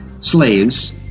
slaves